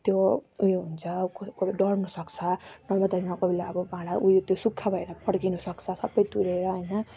त्यो उयो हुन्छ कहिले कहिले डढ्न सक्छ भाँडा उयो त्यो सुक्खा भएर पड्किन सक्छ सबै तुरेर होइन